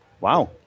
Wow